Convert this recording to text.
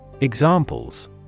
Examples